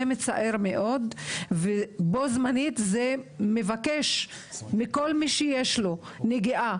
זה מצער מאוד ובו זמנית זה מבקש מכל מי שיש לו נגיעה